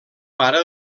pare